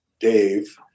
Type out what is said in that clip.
Dave